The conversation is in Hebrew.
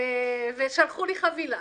ושלחו לי חבילה.